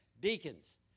deacons